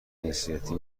جنسیتی